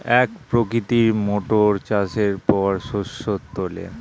এক প্রকৃতির মোটর চাষের পর শস্য তোলে